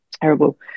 terrible